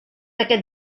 aquest